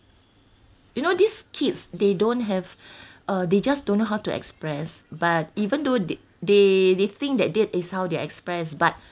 you know these kids they don't have uh they just don't know how to express but even though the~ they they think that that is how they express but